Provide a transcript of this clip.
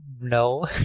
No